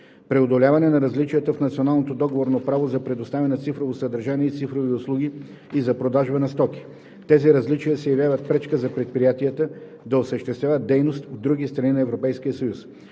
договорно право за предоставяне на цифрово съдържание и цифрови услуги и за продажба на стоки. Тези различия се явяват пречка за предприятията да осъществяват дейност в други страни на